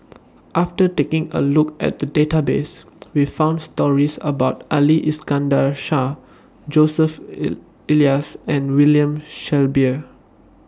after taking A Look At The Database We found stories about Ali Iskandar Shah Joseph E Elias and William Shellabear